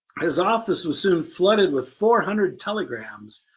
his office was soon flooded with four hundred telegrams,